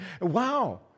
wow